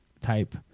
type